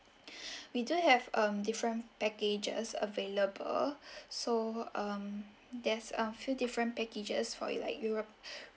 we do have um different packages available so um there's a few different packages for it like europe